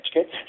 Okay